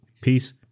Peace